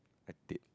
I did